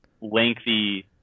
lengthy